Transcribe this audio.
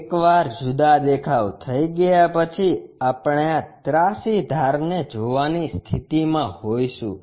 એકવાર જુદા દેખાવ થઈ ગયા પછી આપણે આ ત્રાસી ધારને જોવાની સ્થિતિમાં હોઈશું